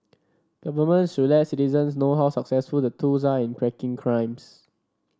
governments should let citizens know how successful the tools are in cracking crimes